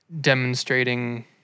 Demonstrating